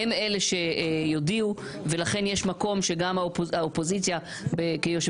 הם אלה שיודיעו ולכן יש מקום שגם האופוזיציה כיושב